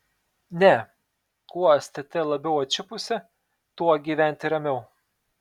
ne kuo stt labiau atšipusi tuo gyventi ramiau